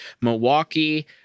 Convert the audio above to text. Milwaukee